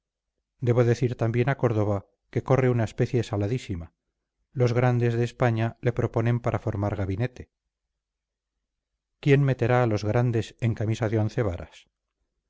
debo decir también a córdoba que corre una especie saladísima los grandes de españa le proponen para formar gabinete quién meterá a los grandes en camisa de once varas